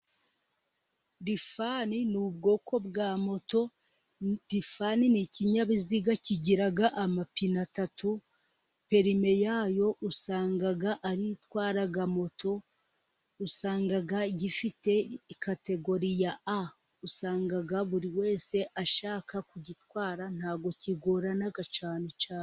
Rifani n'ubwoko bwa moto, rifani n ikinyabiziga kigira amapine atatu, perime yayo usanga aritwara moto, usanga gifite kategori ya A, usanga buri wese ashaka kugitwara ntago kigorana cyane cyane.